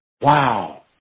wow